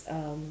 um